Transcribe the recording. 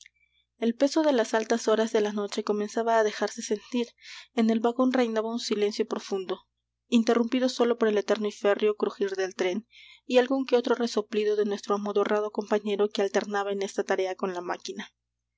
el peso de las altas horas de la noche comenzaba á dejarse sentir en el vagón reinaba un silencio profundo interrumpido sólo por el eterno y férreo crujir del tren y algún que otro resoplido de nuestro amodorrado compañero que alternaba en esta tarea con la máquina